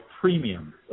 premium